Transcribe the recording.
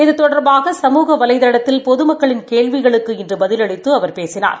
இது தொடர்பாக சமூக வலைதளத்தில் பொதுமக்களின் கேள்விகளுக்கு இனறு பதிலளித்து அவர் பேசினார்